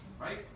right